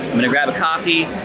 i'm gonna grab a coffee,